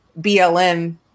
BLM